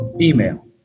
email